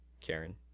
Karen